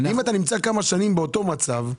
אם אתה נמצא כמה שנים באותו מצב,